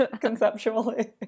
conceptually